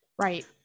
Right